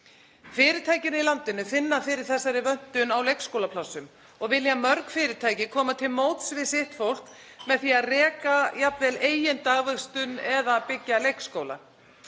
Fyrirtækin í landinu finna fyrir þessari vöntun á leikskólaplássum og vilja mörg fyrirtæki koma til móts við sitt fólk með því að reka jafnvel eigin dagvistun eða að byggja leikskóla.